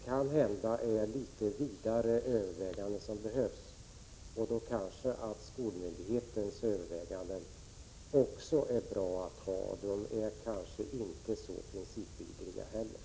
Kanhända är det litet vidare prövning som behövs, och då kanske även skolmyndighetens överväganden är bra att ha. Dessa är kanske inte heller så principvidriga.